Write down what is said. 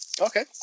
Okay